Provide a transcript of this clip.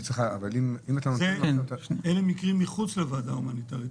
אלה מקרים מחוץ לוועדה ההומניטרית.